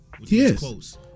Yes